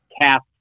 cast